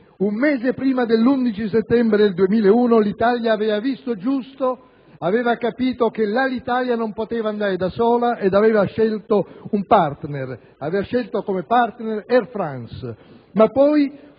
Un mese prima dell'11 settembre 2001 l'Italia aveva visto giusto, aveva capito che l'Alitalia non poteva andare da sola ed aveva scelto come partner Air France.